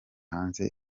hanze